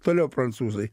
toliau prancūzai